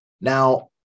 Now